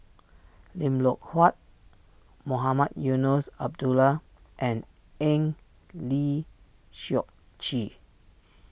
Lim Loh Huat Mohamed Eunos Abdullah and Eng Lee Seok Chee